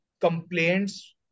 complaints